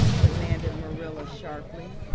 demanded marilla sharply.